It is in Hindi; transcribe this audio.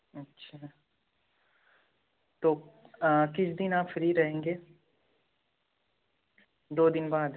अच्छा तो किस दिन आप फ्री रहेंगे दो दिन बाद